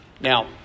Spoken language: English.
Now